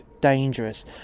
dangerous